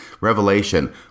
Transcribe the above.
revelation